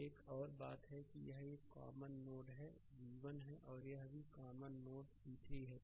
slide समय देखें 2044 एक और बात यह है कि यह एक कॉमन नोड v1 है और यह भी कॉमन नोड v3 है